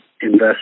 invest